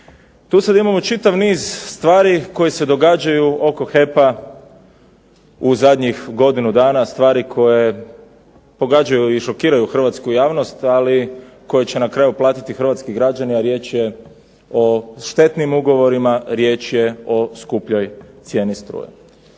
Tu sada imamo čitav niz stvari koje se događaju oko HEP-a u zadnjih godinu dana, stvari koje pogađaju i šokiraju hrvatsku javnost, ali koji će na kraju platiti hrvatski građani, a riječ je o štetnim ugovorima, riječ je o skupljoj cijeni struje.